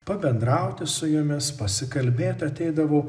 pabendrauti su jumis pasikalbėt ateidavau